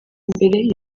mbere